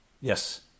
Yes